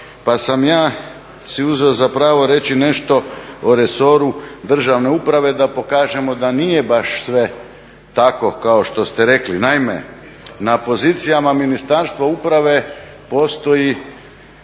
pa sam ja si uzeo za pravo reći nešto o resoru državne uprave da pokažemo da nije baš sve tako kao što ste rekli. Naime, na pozicijama Ministarstva uprave postoji